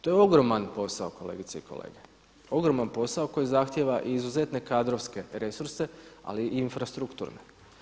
To je ogroman posao kolegice i kolege, ogroman posao koji zahtjeva i izuzetne kadrovske resurse ali i infrastrukturne.